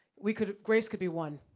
we could, grace could be one.